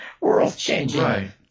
world-changing